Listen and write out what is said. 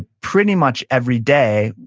pretty much every day,